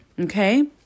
okay